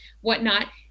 whatnot